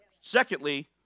Secondly